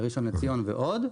ראשון לציון ועוד.